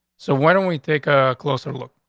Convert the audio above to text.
so why don't we take a closer look?